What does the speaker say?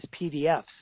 PDFs